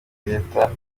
leta